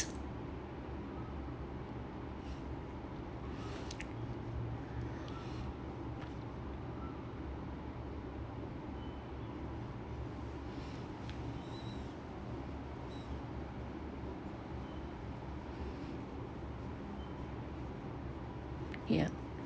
ya